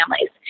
families